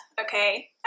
okay